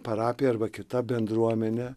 parapija arba kita bendruomenė